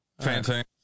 Fantastic